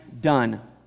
done